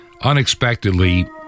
unexpectedly